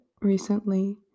recently